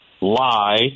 lie